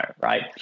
right